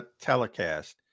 telecast